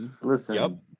Listen